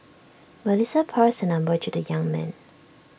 Melissa passed her number to the young man